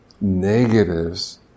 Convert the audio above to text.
negatives